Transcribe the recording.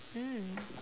mm